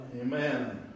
Amen